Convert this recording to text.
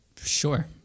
Sure